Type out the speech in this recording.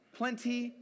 plenty